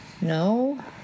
No